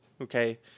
okay